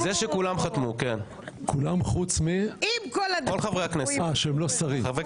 כולם חתמו, חברי